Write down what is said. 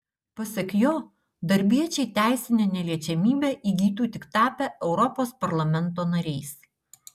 pasak jo darbiečiai teisinę neliečiamybę įgytų tik tapę europos parlamento nariais